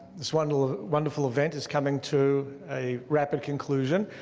this one wonderful event is coming to a rapid conclusion.